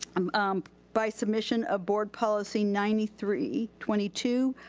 um um by submission of board policy ninety three twenty two,